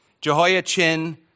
Jehoiachin